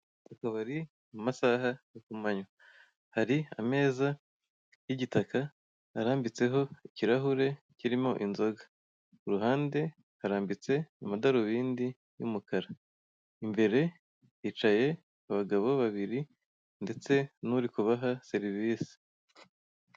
Akabari mu masaha ya kumanywa. Hari ameza y'igitaka arambitseho ikirahure kirimo inzoga. Ku ruhande harambitse amadarubindi y'umukara. Imbere hicaye abagabo babiri ndetse n'uri kubaha serivisi.